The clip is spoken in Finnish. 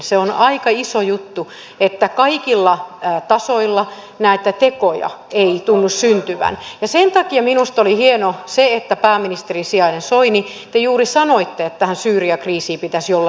se on aika iso juttu että kaikilla tasoilla näitä tekoja ei tunnu syntyvän ja sen takia minusta oli hienoa se että te pääministerin sijainen soini juuri sanoitte että tähän syyrian kriisiin pitäisi jollakin tavalla puuttua